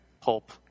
pulp